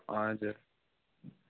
हजुर